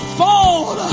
fall